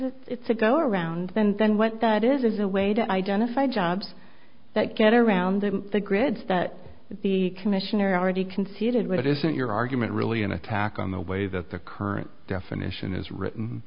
go around then then what that is is a way to identify jobs that get around the grids that the commissioner already conceded what isn't your argument really an attack on the way that the current definition is written